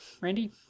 Randy